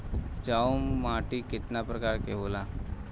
उपजाऊ माटी केतना प्रकार के होला?